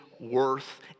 worth